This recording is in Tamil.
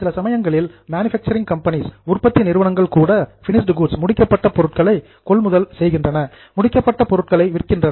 சில சமயங்களில் மேனுஃபாக்சரிங் கம்பெனிஸ் உற்பத்தி நிறுவனங்கள் கூட பின்னிஸ்ட் கூட்ஸ் முடிக்கப்பட்ட பொருட்களை கொள்முதல் செய்கின்றன முடிக்கப்பட்ட பொருட்களை விற்கின்றன